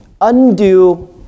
undo